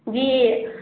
جی